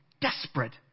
desperate